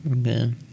Okay